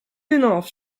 enough